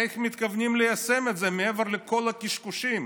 איך מתכוונים ליישם את זה, מעבר לכל הקשקושים?